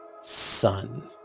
son